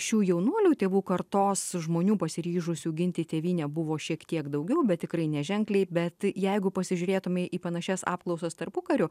šių jaunuolių tėvų kartos žmonių pasiryžusių ginti tėvynę buvo šiek tiek daugiau bet tikrai neženkliai bet jeigu pasižiūrėtume į panašias apklausas tarpukariu